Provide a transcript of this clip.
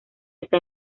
está